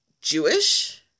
Jewish